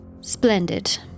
Splendid